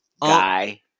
Guy